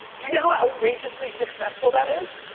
do you know how outrageously successful that is?